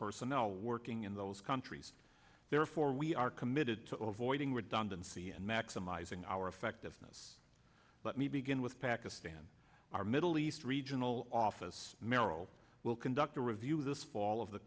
personnel working in those countries therefore we are committed to zero voiding redundancy and maximizing our effectiveness let me begin with pakistan our middle east regional office maryl will conduct a review of this fall of the